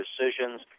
decisions